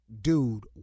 dude